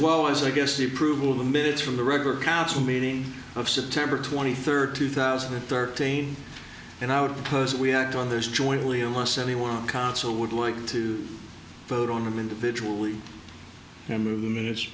well as i guess the approval of the minutes from the regular council meeting of september twenty third two thousand and thirteen and i would propose we act on those jointly unless anyone consul would like to vote on them individually